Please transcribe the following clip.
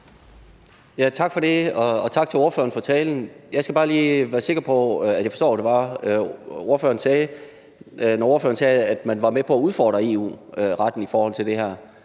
Tak for det, og tak til ordføreren for talen. Jeg skal bare lige være sikker på, at jeg forstår det rigtigt, når ordføreren sagde, at man var med på at udfordre EU-retten i forhold til det her.